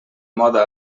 moda